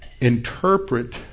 interpret